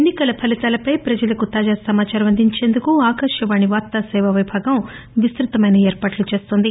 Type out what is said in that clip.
ఎన్ని కల ఫలితాలపై ప్రజలకు తాజా సమాచారాన్ని అందించేందుకు ఆకాశవాణి వార్తా సేవా విభాగం విస్తృతమైన ఏర్పాట్లు చేస్తోంది